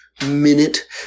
minute